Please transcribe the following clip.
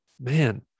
Man